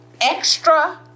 extra